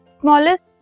smallest